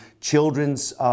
children's